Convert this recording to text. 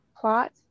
plot